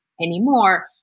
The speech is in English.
anymore